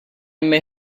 may